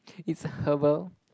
it's herbal